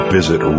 Visit